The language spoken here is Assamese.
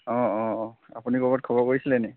অঁ অঁ আপুনি ক'ৰবাত খবৰ কৰিছিলে নেকি